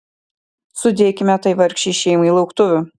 sudėkime tai vargšei šeimai lauktuvių